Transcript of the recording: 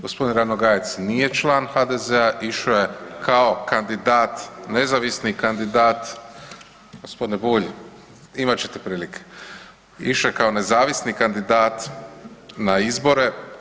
Gospodin Ranogajac nije član HDZ-a išao je kao kandidat nezavisni kandidat, gospodine Bulj imat ćete prilike, išao je kao nezavisni kandidat na izbore.